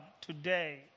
today